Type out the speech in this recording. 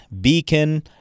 Beacon